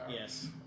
Yes